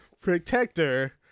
protector